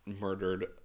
murdered